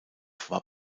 war